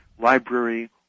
library